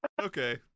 Okay